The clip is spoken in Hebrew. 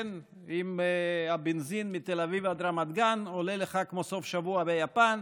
"אם הבנזין מתל אביב עד רמת גן עולה לך כמו סוף שבוע ביפן,